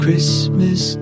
Christmas